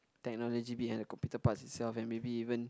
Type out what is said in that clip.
technology behind the computer parts itself and maybe even